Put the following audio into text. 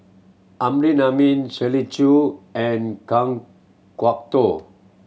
Amrin Amin Shirley Chew and Kan Kwok Toh